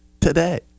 today